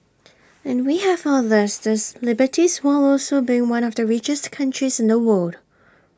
and we have all of these these liberties while also being one of the richest countries in the world